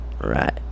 right